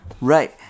Right